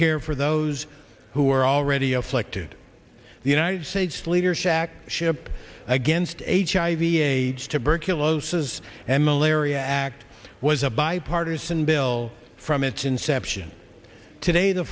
care for those who are already afflicted the united states leaders act ship against hiv aids tuberculosis and malaria act was a bipartisan bill from its inception today the